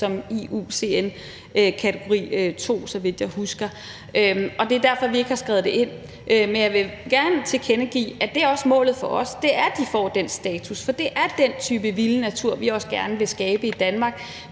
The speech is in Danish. i IUCN's kategori II, så vidt jeg husker. Det er derfor, at vi ikke har skrevet det ind, men jeg vil gerne tilkendegive, at det også er målet for os, at de får den status. For det er den type vilde natur, vi også gerne vil skabe i Danmark,